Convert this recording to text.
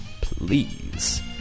please